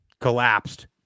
collapsed